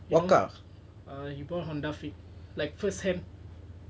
you know err he bought honda fit like first hand